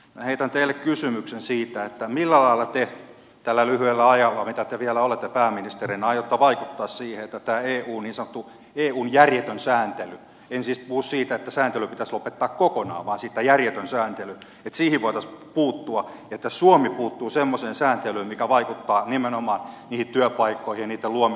heitän teille kysymyksen millä lailla te tällä lyhyellä ajalla mitä te vielä olette pääministerinä aiotte vaikuttaa siihen että suomi puuttuu tähän niin sanottuun eun järjettömään sääntelyyn en siis puhu siitä että sääntely pitäisi lopettaa kokonaan vaan sitä järjetön sääntely etsii varas puuttua että järjettömään sääntelyyn voitaisiin puuttua mikä vaikuttaa nimenomaan niihin työpaikkoihin ja niitten luomiseen suomessa